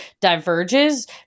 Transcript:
diverges